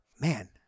man